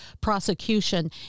prosecution